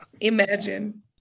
Imagine